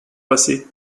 passé